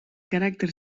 caràcter